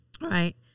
Right